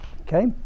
okay